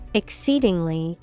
exceedingly